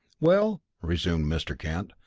well, resumed mr. kent,